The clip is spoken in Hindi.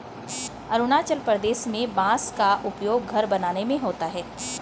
अरुणाचल प्रदेश में बांस का उपयोग घर बनाने में होता है